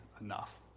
enough